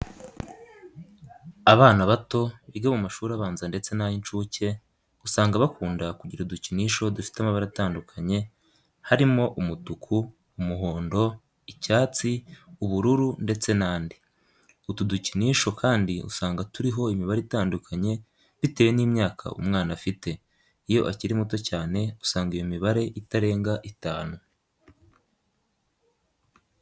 Abana bato biga mu mashuri abanza ndetse n'ay'incuke, usanga bakunda kugira udukinisho dufite amabara atandukanye, harimo umutuku, umuhondo, icyatsi, ubururu, ndetse n'andi. Utu dukinisho kandi usanga turiho imibare itandukanye bitewe n'imyaka umwana afite. Iyo akiri muto cyane usanga iyo mibare itarenga itanu.